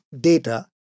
data